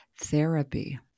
Therapy